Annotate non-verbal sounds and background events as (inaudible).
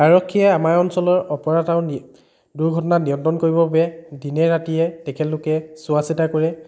আৰক্ষীয়ে আমাৰ অঞ্চলৰ অপৰাধ আৰু (unintelligible) দুৰ্ঘটনা নিয়ন্ত্ৰণ কৰিবৰ বাবে দিনে ৰাতিয়ে তেখেতলোকে চোৱা চিতা কৰে